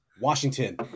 Washington